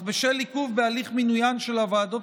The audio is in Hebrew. אך בשל עיכוב בהליך מינוין של הוועדות